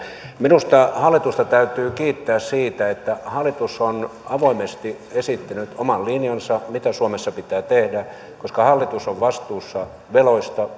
minusta hallitusta täytyy kiittää siitä että hallitus on avoimesti esittänyt oman linjansa mitä suomessa pitää tehdä koska hallitus on vastuussa veloista